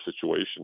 situation